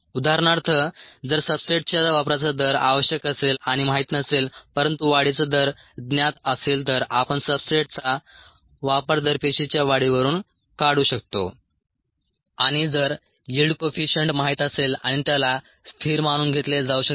उदाहरणार्थ जर सब्सट्रेटच्या वापराचा दर आवश्यक असेल आणि माहित नसेल परंतु वाढीचा दर ज्ञात असेल तर आपण सब्सट्रेटचा वापर दर पेशीच्या वाढीवरून काढू शकतो आणि जर यील्ड कोइफिशिअंट माहीत असेल आणि त्याला स्थिर मानून घेतले जाऊ शकते